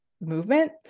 movement